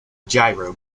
gyro